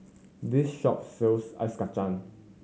this shop sells Ice Kachang